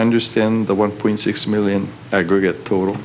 understand the one point six million aggregate total